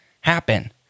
happen